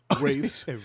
race